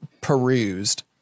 perused